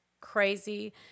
crazy